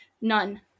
None